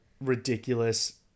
ridiculous